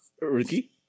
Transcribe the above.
Ricky